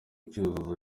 cyuzuzo